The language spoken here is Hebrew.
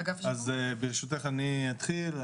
ברשותך אני אתחיל.